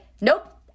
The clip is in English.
nope